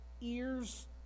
ears